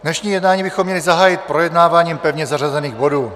Dnešní jednání bychom měli zahájit projednáváním pevně zařazených bodů.